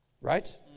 Right